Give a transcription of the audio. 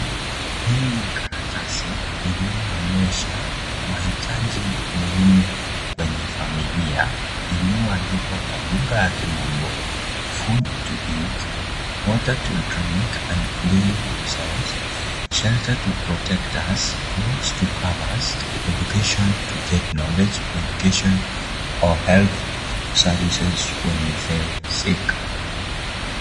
Hii ni karatasi iliyoonyesha mahitaji muhimu kwenye familia iliyoandikwa kwa lugha ya kimombo (cs) food to eat, water to drink and clean ourselves, shelter to protect us, clothes to cover us, education to get knowledge, medication or health services when we get sick (cs).